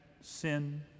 sin